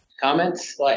Comments